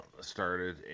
started